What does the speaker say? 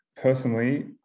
Personally